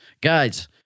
guys